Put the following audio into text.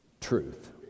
truth